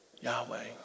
Yahweh